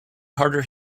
harder